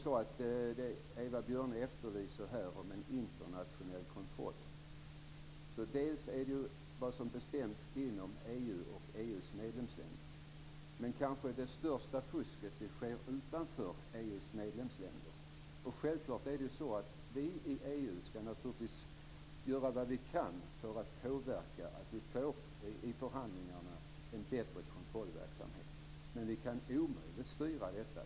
Eva Björne efterlyser här en internationell kontroll. Här handlar det om vad som bestäms av EU:s medlemsländer. Det största fusket sker utanför EU:s medlemsländer. Vi skall naturligtvis göra vad vi kan för att påverka i förhandlingarna i EU så att vi får en bättre kontrollverksamhet. Men vi kan omöjligt styra detta.